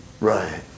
Right